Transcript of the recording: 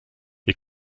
wir